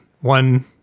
one